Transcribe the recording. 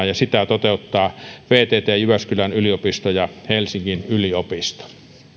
ja sitä toteuttavat vtt jyväskylän yliopisto ja helsingin yliopisto